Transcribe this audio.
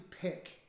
pick